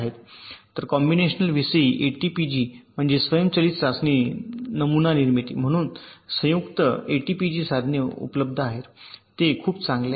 तर कॉम्बिनेशनल विषयी एटीपीजी म्हणजे स्वयंचलित चाचणी नमुना निर्मिती म्हणून संयुक्त एटीपीजी साधने आहेत उपलब्ध ते खूप चांगले आहेत